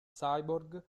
cyborg